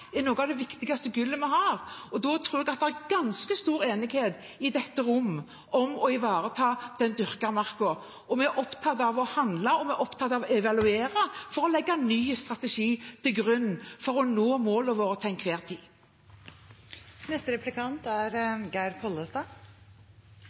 er noe av det viktigste gullet vi har, og jeg tror det er ganske stor enighet i dette rommet om å ivareta den dyrkede marka. Vi er opptatt av å handle og evaluere for å legge en ny strategi til grunn for å nå